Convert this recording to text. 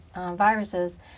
viruses